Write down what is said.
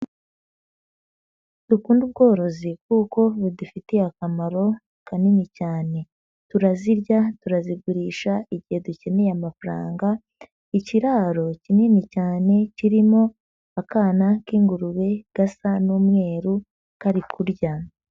Dukunde ubworozi kuko bidufitiye akamaro kanini cyane, turazirya, turazigurisha igihe dukeneye amafaranga, ikiraro kinini cyane kirimo akana k'ingurube gasa n'umweru, kari kurya.